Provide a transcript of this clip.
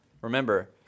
remember